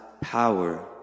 power